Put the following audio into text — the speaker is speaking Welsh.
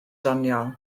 doniol